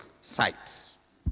sites